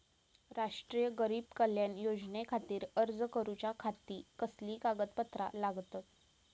राष्ट्रीय गरीब कल्याण योजनेखातीर अर्ज करूच्या खाती कसली कागदपत्रा लागतत?